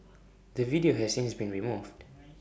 the video has since been removed